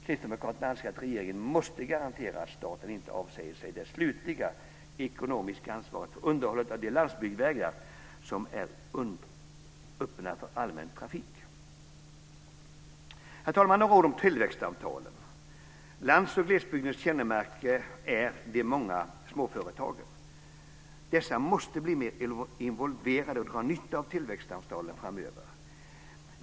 Kristdemokraterna anser att regeringen måste garantera att staten inte avsäger sig det slutgiltiga ekonomiska ansvaret för underhållet av de landsbygdsvägar som är öppna för allmän trafik. Herr talman! Låt mig säga några ord om tillväxtavtalen. Lands och glesbygdens kännemärke är de många småföretagen. Dessa måste bli mer involverade i och dra nytta av tillväxtavtalen framöver.